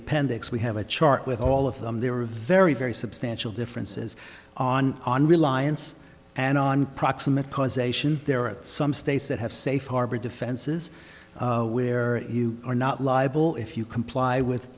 appendix we have a chart with all of them there are very very substantial differences on on reliance and on proximate cause ation there are some states that have safe harbor defenses where you are not liable if you comply with